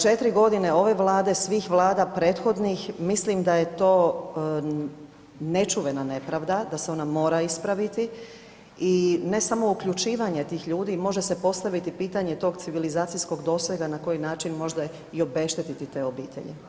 4 godine ove Vlade, svih vlada prethodnih mislim da je to nečuvena nepravda, da se ona mora ispraviti i ne samo uključivanje tih ljudi, može se postaviti pitanje tog civilizacijskog dosega na koji način možda i obeštetiti te obitelji.